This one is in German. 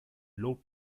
lob